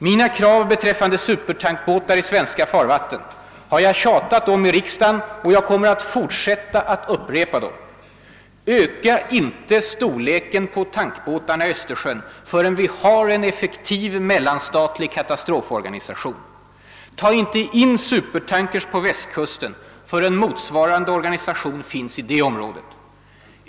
Mina krav beträffande supertankbåtar i svenska farvatten har jag tjatat om i riksdagen, och jag kommer att fortsätta att upprepa dem. Öka inte storleken på tankbåtarna i Östersjön förrän vi har en effektiv mellanstatlig katastroforganisation! Ta inte in supertankers på Västkusten förrän motsvarande organisation finns i det området!